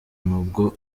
nubwo